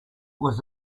was